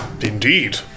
Indeed